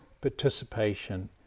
participation